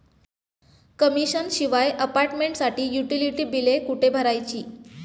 Commission शिवाय अपार्टमेंटसाठी utility बिले कुठे भरायची?